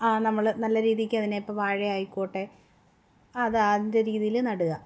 ആ നമ്മൾ നല്ല രീതിക്ക് അതിനെ ഇപ്പം വാഴയായിക്കോട്ടെ അത് അതിൻ്റെ രീതിയിൽ നടുക